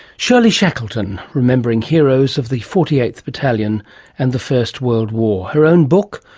shirley shackleton remembering heroes of the forty eighth batallion and the first world war. her own book,